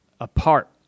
apart